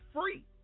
free